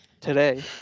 Today